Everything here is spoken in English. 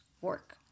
work